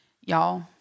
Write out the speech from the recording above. Y'all